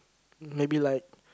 maybe like